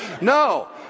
No